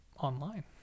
online